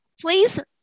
please